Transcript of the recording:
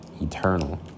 eternal